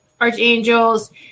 archangels